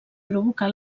provocà